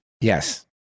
Yes